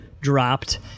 dropped